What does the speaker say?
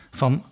van